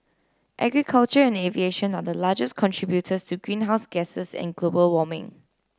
agriculture and aviation are the largest contributors to greenhouse gases and global warming